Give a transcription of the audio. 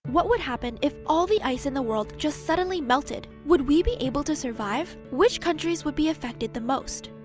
what would happen if all the ice in the world just suddenly melted? would we be able to survive? which countries would be affected the most?